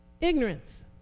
Ignorance